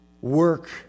work